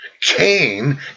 Cain